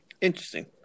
interesting